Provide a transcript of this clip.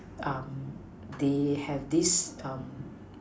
um they have this um